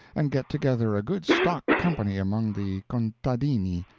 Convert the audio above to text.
and get together a good stock company among the contadini,